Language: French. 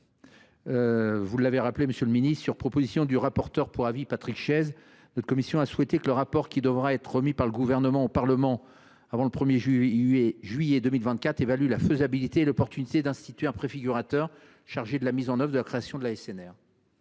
est l’avis de la commission ? En effet, sur proposition du rapporteur pour avis, Patrick Chaize, notre commission a souhaité que le rapport qui devra être remis par le Gouvernement au Parlement avant le 1 juillet 2024 évalue la faisabilité et l’opportunité d’instituer un préfigurateur chargé de la création de l’ASNR.